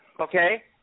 Okay